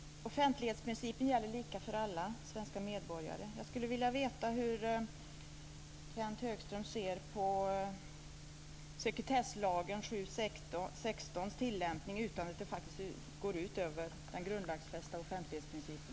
Fru talman! Offentlighetsprincipen gäller lika för alla svenska medborgare. Jag skulle vilja veta hur Kenth Högström ser på möjligheterna att tillämpa sekretesslagen 7 kap. 16 § utan att det faktiskt går ut över den grundlagsfästa offentlighetsprincipen.